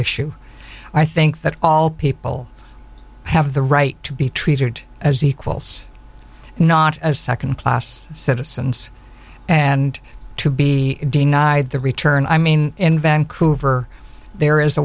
issue i think that all people have the right to be treated as equals not as second class citizens and to be denied the return i mean in vancouver there is a